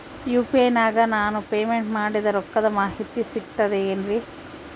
UPI ನಾಗ ನಾನು payment ಮಾಡಿದ ರೊಕ್ಕದ ಮಾಹಿತಿ ಸಿಕ್ತದೆ ಏನ್ರಿ?